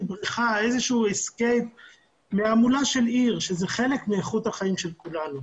בריחה מהמולה של עיר שזה חלק מאיכות החיים של כולנו.